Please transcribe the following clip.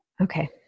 Okay